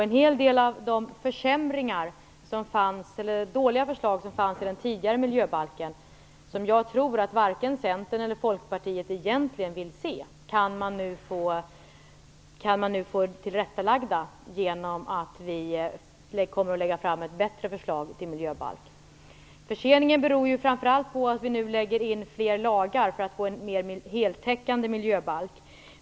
En hel del av de dåliga förslag som fanns i den tidigare miljöbalken, som jag tror att varken Centern eller Folkpartiet egentligen vill se, kan man nu få tillrättalagda genom att vi kommer att lägga fram ett bättre förslag till miljöbalk. Förseningen beror framför allt på att vi nu lägger in en del lagar för att få en mer heltäckande miljöbalk.